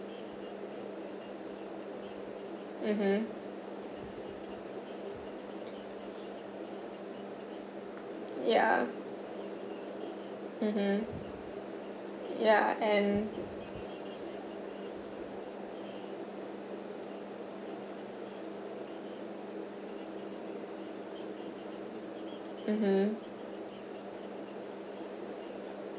mmhmm ya mmhmm ya and mmhmm